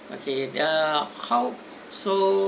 okay err how so~